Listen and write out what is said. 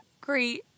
great